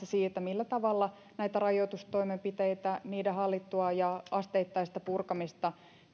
siitä millä tavalla näitä rajoitustoimenpiteitä niiden hallittua ja asteittaista purkamista